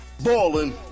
Ballin